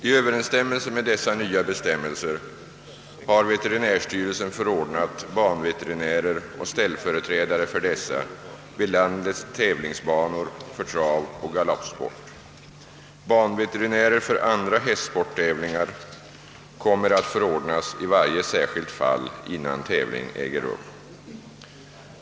I överensstämmelse med de nya bestämmelserna har veterinärstyrelsen förordnat banveterinärer och ställföreträdare för dessa vid landets tävlingsbanor för travoch galoppsport. Banveterinärer för andra hästsporttävlingar kommer att förordnas i varje särskilt fall innan tävling äger rum.